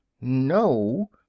No